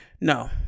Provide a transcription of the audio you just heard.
no